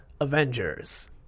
Avengers